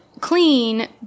clean